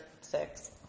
six